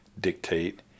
dictate